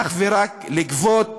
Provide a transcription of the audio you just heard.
אך ורק לגבות